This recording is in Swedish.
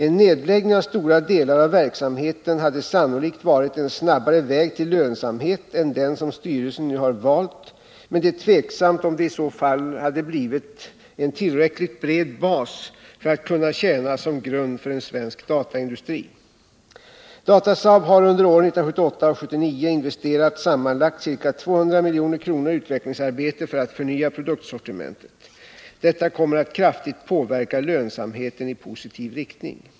En nedläggning av stora delar av verksamheten hade sannolikt varit en snabbare väg till lönsamhet än den som styrelsen nu har valt, men det är tveksamt om det i så fall hade blivit en tillräckligt bred bas kvar för att kunna tjäna som grund för en svensk dataindustri. Datasaab har under åren 1978 och 1979 investerat sammanlagt ca 200 milj.kr. i utvecklingsarbete för att förnya produktsortimentet. Detta kommer att kraftigt påverka lönsamheten i positiv riktning.